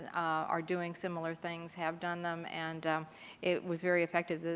are doing similar things. have done them and it was very effective.